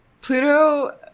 Pluto